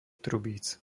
trubíc